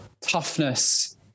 toughness